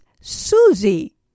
Susie